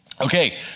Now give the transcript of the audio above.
Okay